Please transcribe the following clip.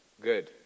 Good